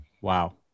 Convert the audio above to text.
Wow